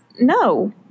No